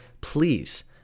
please